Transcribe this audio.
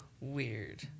weird